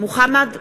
מוחמד ברכה,